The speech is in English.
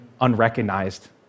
unrecognized